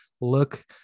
look